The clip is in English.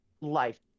life